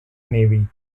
navy